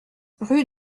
rue